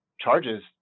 charges